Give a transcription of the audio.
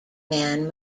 man